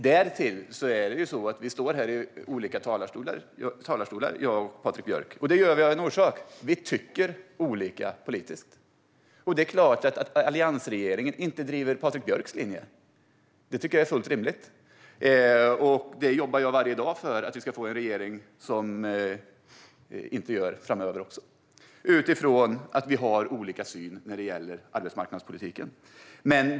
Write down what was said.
Jag och Patrik Björck står här i olika talarstolar, och det gör vi av en orsak: Vi tycker olika politiskt. Det är klart att en alliansregering inte driver Patrik Björcks linje - det tycker jag är fullt rimligt. Jag jobbar varje dag för att vi framöver ska få en regering som inte driver Patrik Björcks linje, eftersom vi har olika syn när det gäller arbetsmarknadspolitiken.